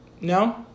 No